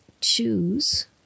choose